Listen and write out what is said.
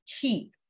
keep